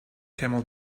camel